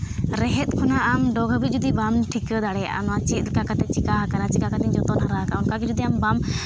ᱨᱮᱦᱮᱫ ᱠᱷᱚᱱᱟᱜ ᱟᱢ ᱰᱚᱜ ᱦᱟᱹᱵᱤᱡ ᱡᱩᱫᱤ ᱵᱟᱢ ᱴᱷᱤᱠᱟᱹ ᱫᱟᱲᱮᱭᱟᱜᱼᱟ ᱱᱚᱣᱟ ᱪᱮᱫᱠᱟ ᱠᱟᱛᱮᱫ ᱪᱤᱠᱟᱹ ᱟᱠᱟᱱᱟ ᱪᱮᱠᱟ ᱠᱟᱛᱮᱫ ᱡᱚᱛᱚᱱ ᱦᱟᱨᱟ ᱠᱟᱜᱼᱟ ᱚᱱᱠᱟ ᱜᱮ ᱡᱩᱫᱤ ᱟᱢ ᱵᱟᱢ